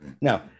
Now